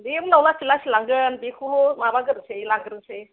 बे उनाव लासै लासै लांगोन बेखौ माबागोरसै लांगोरसै